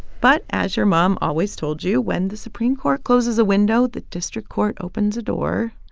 but as your mom always told you, when the supreme court closes a window, the district court opens a door.